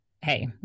hey